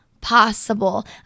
possible